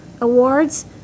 awards